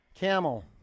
Camel